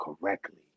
correctly